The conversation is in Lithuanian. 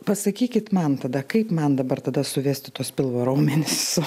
pasakykit man tada kaip man dabar tada suvesti tuos pilvo raumenis su